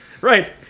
Right